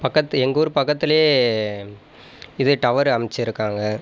பக்கத்து எங்கள் ஊர் பக்கத்திலேயே இது டவர் அமைச்சிருக்காங்க